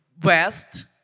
West